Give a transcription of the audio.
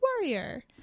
warrior